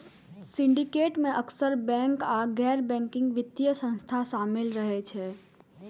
syndicate मे अक्सर bank आ गैर बैंकिंग वित्तीय संस्था शामिल रहै छै